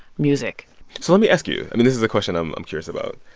music so let me ask you i mean, this is a question i'm i'm curious about.